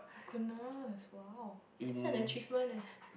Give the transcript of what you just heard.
goodness !wow! it is an achievement eh